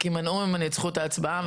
כי מנעו ממני את זכות ההצבעה,